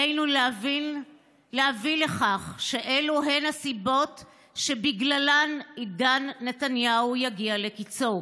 עלינו להביא לכך שאלו יהיו הסיבות שבגללן עידן נתניהו יגיע לקיצו.